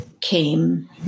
came